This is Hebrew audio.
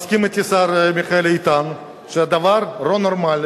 מסכים אתי השר מיכאל איתן שהדבר לא נורמלי